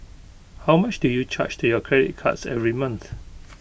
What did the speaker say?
how much do you charge to your credit cards every month